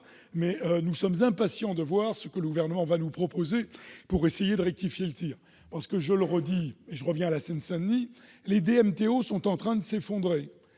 mais nous sommes impatients de voir ce que le Gouvernement nous proposera pour essayer de rectifier le tir. Dans le département de la Seine-Saint-Denis, les DMTO sont en train de s'effondrer-